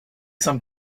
some